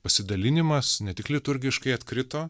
pasidalinimas ne tik liturgiškai atkrito